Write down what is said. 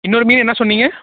இன்னொரு மீன் என்ன சொன்னீங்க